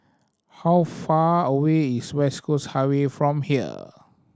how far away is West Coast Highway from here